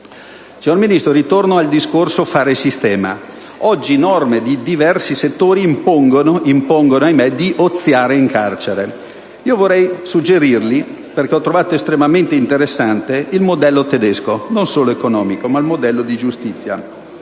Signor Ministro, ritorno al discorso del fare sistema. Oggi, norme di diversi settori impongono - ahimè - di oziare in carcere. Vorrei suggerire, perché l'ho trovato estremamente interessante, il modello tedesco, non solo economico, ma anche di giustizia.